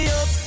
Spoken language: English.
up